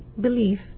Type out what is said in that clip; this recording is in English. belief